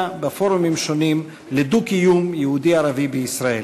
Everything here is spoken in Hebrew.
בפורומים שונים לדו-קיום יהודי-ערבי בישראל.